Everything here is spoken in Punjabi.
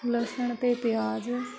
ਲਸਣ ਅਤੇ ਪਿਆਜ